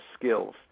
skills